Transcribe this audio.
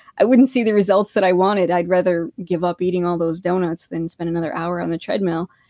i wouldn't see the results that i wanted. i'd rather give up eating all those donuts than spend another hour on the treadmill.